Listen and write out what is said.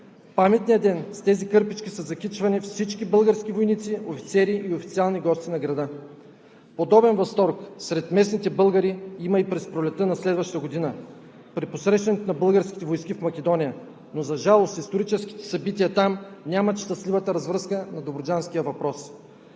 паметния ден с тези кърпички са закичвани всички български войници, офицери и официални гости на града. Подобен възторг сред местните българи има и през пролетта на следващата година при посрещането на българските войски в Македония, но за жалост историческите събития там нямат щастливата развръзка на добруджанския въпрос.